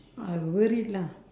I worried lah